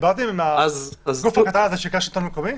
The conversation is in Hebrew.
האם דיברתם עם הגוף הקטן הזה שנקרא "שלטון מקומי"?